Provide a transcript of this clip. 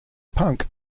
punk